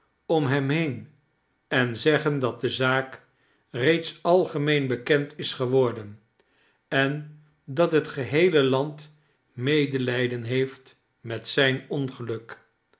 om hem heen en zeggen dat de zaak reeds algemeen bekend is geworden en dat het geheele land medelijden heeft met zijn ongeluk